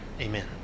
Amen